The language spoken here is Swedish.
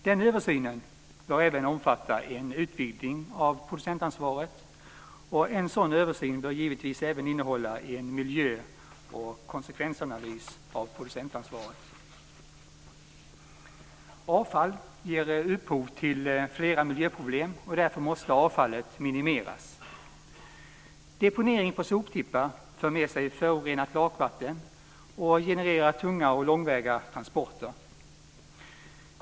Den översynen bör även omfatta en utvidgning av producentansvaret. En sådan översyn bör givetvis även innehålla en miljö och konsekvensanalys av producentansvaret. Avfall ger upphov till flera miljöproblem, och därför måste avfallet minimeras. Deponering på soptippar för med sig förorenat lakvatten och genererar tunga och långväga transporter.